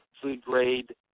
food-grade